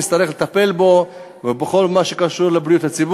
נצטרך לטפל בה ובכל מה שקשור לה,